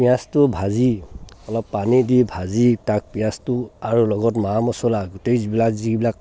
পিঁয়াজটো ভাজি অলপ পানী দি ভাজি তাত পিঁয়াজটো আৰু লগত মা মছলা গোটেইবিলাক যিবিলাক